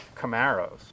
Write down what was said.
Camaros